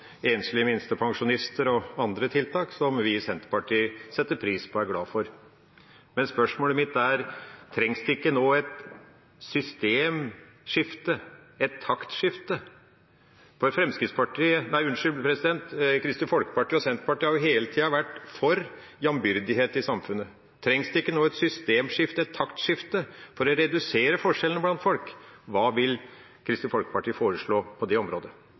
Senterpartiet setter pris på og er glad for. Men spørsmålet mitt er: Trengs det ikke nå et systemskifte, et taktskifte? Kristelig Folkeparti og Senterpartiet har hele tida vært for jambyrdighet i samfunnet. Trengs det ikke nå et systemskifte, et taktskifte, for å redusere forskjellene blant folk? Hva vil Kristelig Folkeparti foreslå på det området?